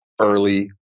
early